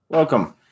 Welcome